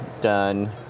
done